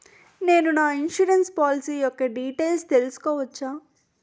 నేను నా insurance policy యెక్క డీటైల్స్ తెల్సుకోవచ్చా?